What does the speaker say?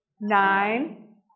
nine